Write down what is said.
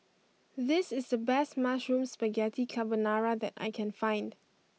this is the best Mushroom Spaghetti Carbonara that I can find